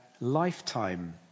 lifetime